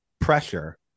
pressure